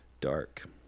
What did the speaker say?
dark